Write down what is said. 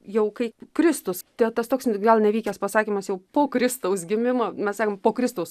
jau kai kristus te tas toks gal nevykęs pasakymas jau po kristaus gimimo mes sakom po kristaus